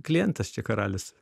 klientas čia karalius